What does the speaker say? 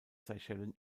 seychellen